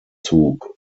zug